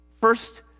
first